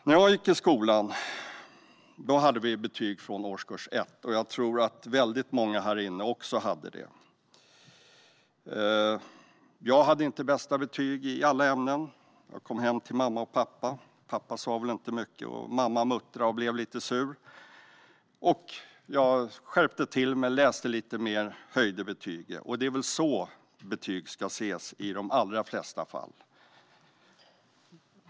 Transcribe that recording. När jag gick i skolan hade vi betyg från årskurs 1, och jag tror att många här i kammaren också hade det. Jag hade inte bästa betyg i alla ämnen. Jag kom hem till mamma och pappa. Pappa sa väl inte mycket. Mamma muttrade och blev lite sur, och jag skärpte till mig, läste lite mer och höjde betygen. Det är väl så betyg ska fungera i de allra flesta fall.